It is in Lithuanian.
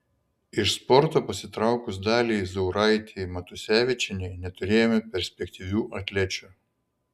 iš sporto pasitraukus daliai zauraitei matusevičienei neturėjome perspektyvių atlečių